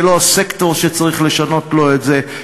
זה לא סקטור שצריך לשנות לו את זה.